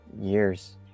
years